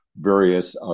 various